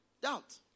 Doubt